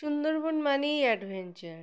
সুন্দরবন মানেই অ্যাডভেঞ্চার